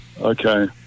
Okay